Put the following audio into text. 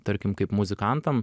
tarkim kaip muzikantam